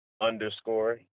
underscore